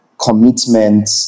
commitment